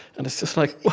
and it's just like,